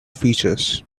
features